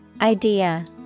Idea